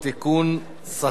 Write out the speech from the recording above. שכר מרבי),